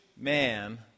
man